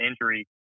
injury